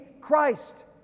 Christ